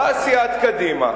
באה סיעת קדימה,